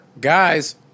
guys